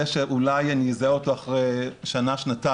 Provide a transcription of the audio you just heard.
שאולי אני אזהה אותו אחרי שנה-שנתיים.